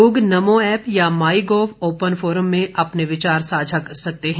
लोग नमो ऐप या MyGov open forum में अपने विचार साझा कर सकते हैं